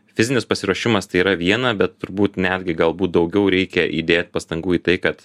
fizinis pasiruošimas tai yra viena bet turbūt netgi galbūt daugiau reikia įdėt pastangų į tai kad